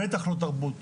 ובטח לא תרבות